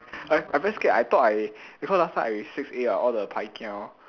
I I very scared I thought I because last time I six-a oh all the pai-kia